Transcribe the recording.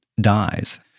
dies